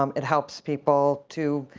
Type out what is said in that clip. um it helps people to,